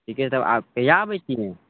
ठीके छै तब आब कहिया आबय छियै